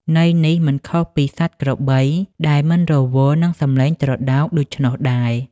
ន័យនេះមិនខុសពីសត្វក្របីដែលមិនរវល់នឹងសម្លេងត្រដោកដូច្នោះដែរ។